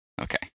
Okay